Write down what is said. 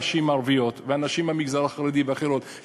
הנשים הערביות והנשים במגזר החרדי ואחרות,